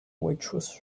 waitress